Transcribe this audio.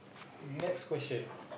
next question